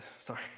sorry